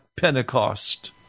Pentecost